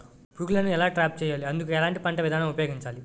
పురుగులను ఎలా ట్రాప్ చేయాలి? అందుకు ఎలాంటి పంట విధానం ఉపయోగించాలీ?